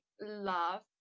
love